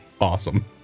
Awesome